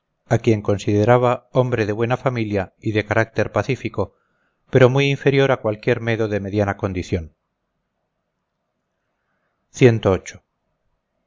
a quien consideraba hombre de buena familia y de carácter pacífico pero muy inferior a cualquiera medo de mediana condición